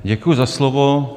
Děkuji za slovo.